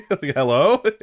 Hello